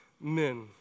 men